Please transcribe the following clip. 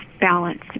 balance